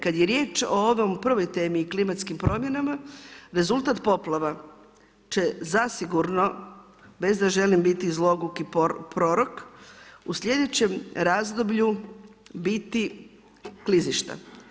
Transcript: Kad je riječ o ovoj prvoj temi i klimatskim promjenama, rezultat poplava će zasigurno, bez da želim biti zloguki prorok, u slijedećem razdoblju biti klizišta.